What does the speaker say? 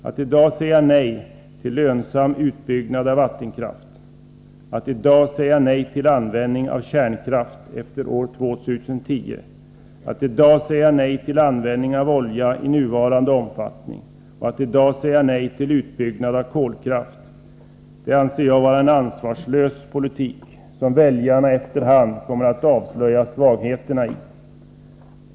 Att i dag säga nej till lönsam utbyggnad av vattenkraft, till användning av kärnkraft efter 2010, till användning av olja i nuvarande omfattning, och att i dag säga nej till utbyggnad av kolkraft — det anser jag vara en ansvarslös politik, som väljarna efter hand kommer att avslöja svagheterna i.